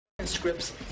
scripts